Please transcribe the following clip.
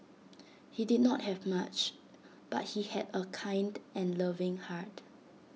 he did not have much but he had A kind and loving heart